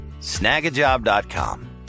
Snagajob.com